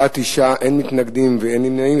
בעד, 9, אין מתנגדים ואין נמנעים.